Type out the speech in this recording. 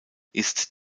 ist